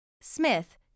Smith